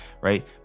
right